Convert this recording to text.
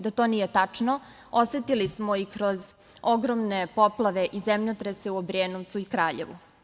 Da to nije tačno osetili smo i kroz ogromne poplave i zemljotrese u Obrenovcu i Kraljevu.